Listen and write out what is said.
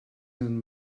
and